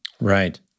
Right